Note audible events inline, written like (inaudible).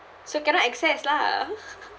so cannot access lah (laughs)